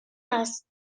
هست